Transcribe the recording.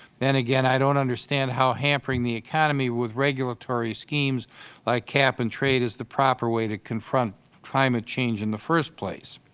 then again, i don't understand how hampering the economy with regulatory schemes like cap-and-trade is the proper way to confront climate change in the first place.